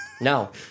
no